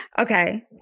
Okay